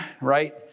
right